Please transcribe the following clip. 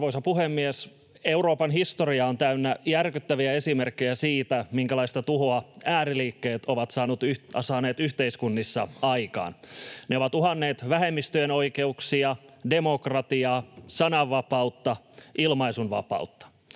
Arvoisa puhemies! Euroopan historia on täynnä järkyttäviä esimerkkejä siitä, minkälaista tuhoa ääriliikkeet ovat saaneet yhteiskunnissa aikaan. Ne ovat uhanneet vähemmistöjen oikeuksia, demokratiaa, sananvapautta, ilmaisunvapautta.